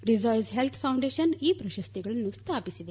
rejoice health foundation ಈ ಪ್ರಶಸ್ತಿಗಳನ್ನು ಸ್ಥಾಪಿಸಿದೆ